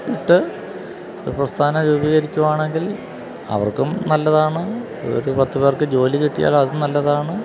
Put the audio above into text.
ഇട്ട് പ്രസ്ഥാനം രൂപീകരിക്കുകയാണെങ്കിൽ അവർക്കും നല്ലതാണ് ഒരു പത്ത് പേർക്ക് ജോലി കിട്ടിയാല് അതും നല്ലതാണ്